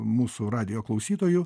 mūsų radijo klausytojų